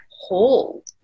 whole